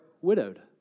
widowed